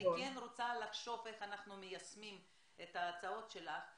שאני כן רוצה לחשוב איך אנחנו מיישמים את ההצעות שלך,